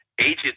agent